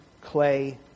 clay